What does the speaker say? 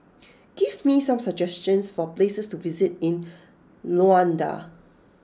give me some suggestions for places to visit in Luanda